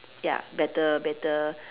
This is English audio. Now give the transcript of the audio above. ya better better